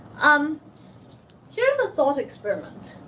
um here's a thought experiment.